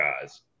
guys